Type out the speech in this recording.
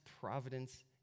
providence